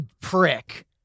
prick